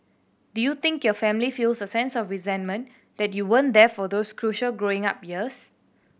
do you think your family feels a sense of resentment that you weren't there for those crucial growing up years